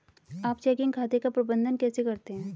आप चेकिंग खाते का प्रबंधन कैसे करते हैं?